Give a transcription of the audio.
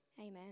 Amen